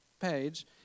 page